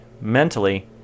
mentally